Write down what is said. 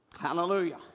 Hallelujah